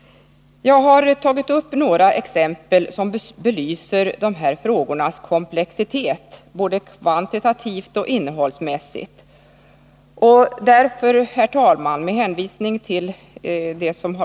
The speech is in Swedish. Jag har tagit upp några exempel som belyser de här frågornas komplexitet, både kvantitativt och innehållsmässigt.